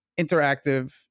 interactive